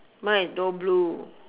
mine is both blue